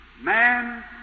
man